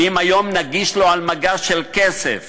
ואם היום נגיש לו על מגש של כסף